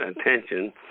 attention